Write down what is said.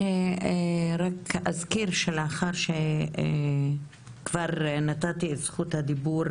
אני רק אזכיר שלאחר שכבר נתתי את זכות הדיבור